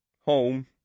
home